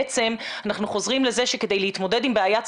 בעצם אנחנו חוזרים לזה שכדי להתמודד עם בעיה,